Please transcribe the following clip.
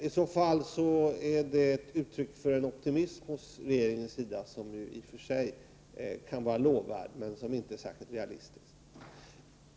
I så fall är det ett uttryck för en optimism från regeringens sida, som i och för sig kan vara lovvärd men som inte är särskilt realistisk.